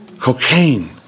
Cocaine